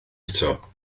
eto